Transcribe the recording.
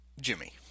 Jimmy